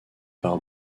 par